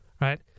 right